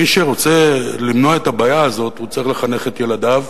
מי שרוצה למנוע את הבעיה הזאת צריך לחנך את ילדיו,